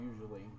usually